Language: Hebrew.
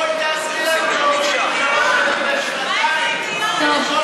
בואי תעזרי לנו להוריד משלוש שנים לשנתיים